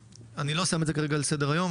אני לא שם את זה כרגע על סדר היום,